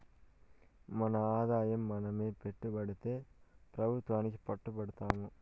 మన ఆదాయం మనమే బైటపెడితే పెబుత్వానికి పట్టు బడతాము